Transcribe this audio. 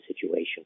situation